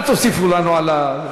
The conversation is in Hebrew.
אל תוסיפו לנו על,